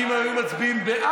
כי אם היו מצביעים בעד,